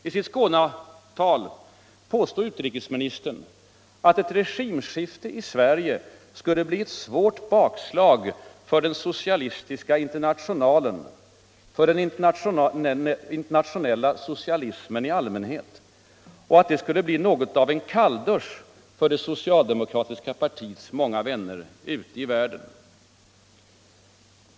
I sitt Skånetal påstod utrikesministern att ett regimskifte i Sverige skulle bli ett svårt bakslag för Socialistiska internationalen och för den internationella socialismen i allmänhet och att det skulle bli något av en kalldusch för det socialdemokratiska partiets många vänner ute i världen.